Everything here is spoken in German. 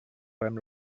beim